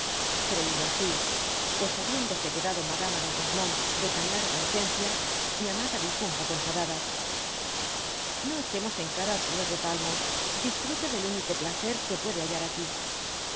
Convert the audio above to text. creilo asi pues habiéndose que jado madama de rosemonde de tan larga ausenda mi amada dijo un poco enfadada no echemos en cara al señor de yalmont disdrate del único placer que puede hallar aquí